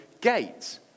gate